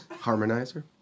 Harmonizer